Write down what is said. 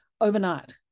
overnight